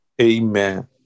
Amen